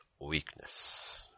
weakness